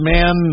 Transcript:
Man